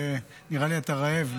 נראה לי שאתה רעב,